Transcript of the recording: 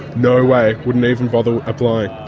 no way wouldn't even bother applying.